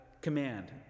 command